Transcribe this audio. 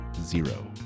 zero